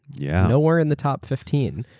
yeah nowhere in the top fifteen.